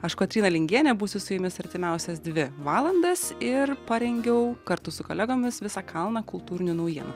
aš kotryna lingienė būsiu su jumis artimiausias dvi valandas ir parengiau kartu su kolegomis visą kalną kultūrinių naujienų